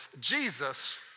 Jesus